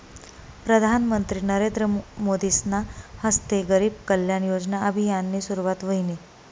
प्रधानमंत्री नरेंद्र मोदीसना हस्ते गरीब कल्याण योजना अभियाननी सुरुवात व्हयनी